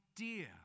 idea